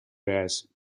bears